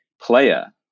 player